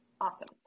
Awesome